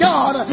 God